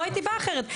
לא הייתי באה אחרת.